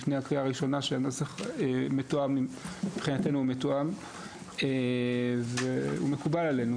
לפני הקריאה הראשונה שהנוסח מבחינתנו מתואם והוא מקובל עלינו.